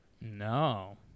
No